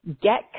Get